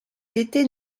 gaîté